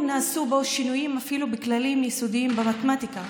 נעשו בו שינויים אפילו בכללים יסודיים במתמטיקה.